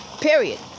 Period